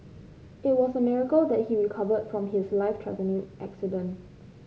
it was a miracle that he recovered from his life threatening accident